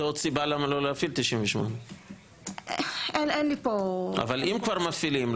זאת עוד סיבה למה לא להפעיל 98. אין לי פה --- אבל אם כבר מפעילים,